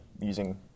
using